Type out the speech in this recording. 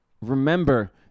remember